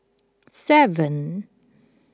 seven